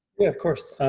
yeah, of course.